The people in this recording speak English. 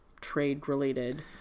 trade-related